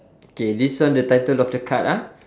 okay this one the title of the card ah